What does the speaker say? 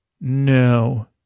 No